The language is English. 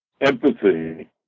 Empathy